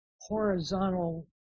horizontal